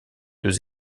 deux